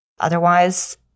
Otherwise